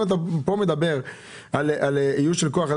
אם אתה מדבר כאן על איוש של כוח אדם